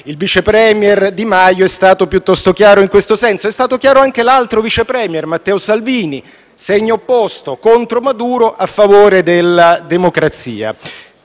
Il vice *premier* Di Maio è stato piuttosto chiaro in questo senso; è stato chiaro anche l'altro vice *premier* Matteo Salvini, che è di segno opposto: contro Maduro e a favore della democrazia.